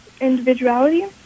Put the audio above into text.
individuality